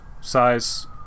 size